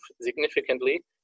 significantly